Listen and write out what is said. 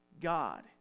God